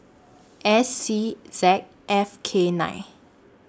S C Z F K nine